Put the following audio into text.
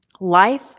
life